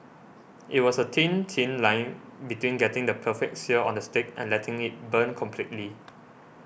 it was a thin thin line between getting the perfect sear on the steak and letting it burn completely